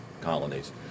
colonies